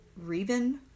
Reven